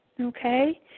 Okay